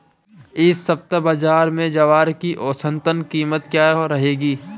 इस सप्ताह बाज़ार में ज्वार की औसतन कीमत क्या रहेगी?